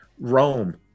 Rome